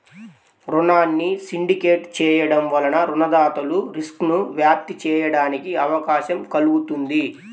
రుణాన్ని సిండికేట్ చేయడం వలన రుణదాతలు రిస్క్ను వ్యాప్తి చేయడానికి అవకాశం కల్గుతుంది